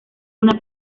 una